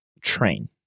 train